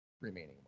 remaining